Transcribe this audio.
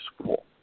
school